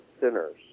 sinners